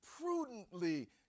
prudently